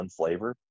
unflavored